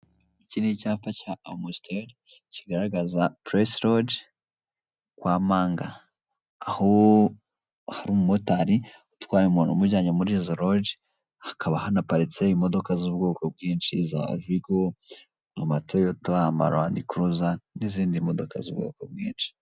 Iki ni icyapa cya amusiteri, kigaragaza puresi roji kwa Manga; aho hari umumotari utwaye umuntu umujyanye muri izo roji; hakaba hanaparitse imodoka z'ubwoko bwinshi: za vigo, amatoyota, amarandikuruza n'izindi modoka z'ubwoko bwinshi.